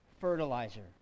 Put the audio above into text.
fertilizer